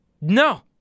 No